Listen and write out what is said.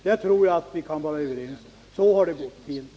Det tror jag att vi kan vara överens om. Så har det gått till.